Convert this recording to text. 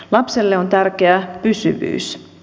lapselle on tärkeää pysyvyys